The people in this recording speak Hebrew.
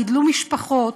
גידלו משפחות